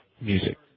music